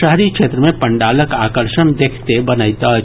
शहरी क्षेत्र मे पंडालक आकर्षण देखिते बनैत अछि